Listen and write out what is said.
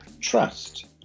Trust